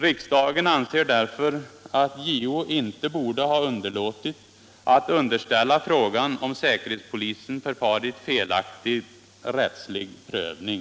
Riksdagen anser därför, att JO inte borde ha underlåtit att underställa frågan om säkerhetspolisen förfarit felaktigt rättslig prövning.